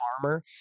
farmer